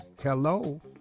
hello